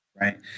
Right